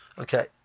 Okay